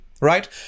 right